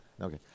Okay